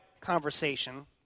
conversation